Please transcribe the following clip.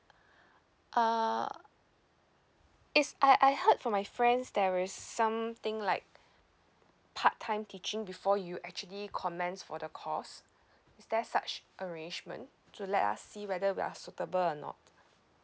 uh is I I heard from my friends there is something like part time teaching before you actually commence for the course is there such arrangement to let us see whether we are suitable or not